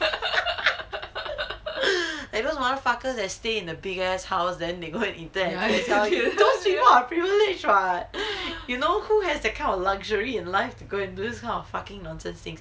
and those mother fuckers that stay in the big ass house then they go and intern at T_S_L those people are privilege what you know who has that kind of luxury in life to go and do those kind of fucking nonsense thing